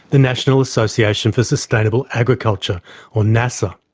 the national association for sustainable agriculture or nasaa.